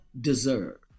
deserve